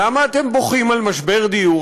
למה אתם בוכים על משבר דיור?